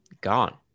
gone